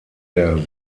der